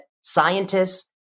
scientists